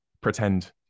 pretend